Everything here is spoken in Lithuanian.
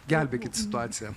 gelbėkit situaciją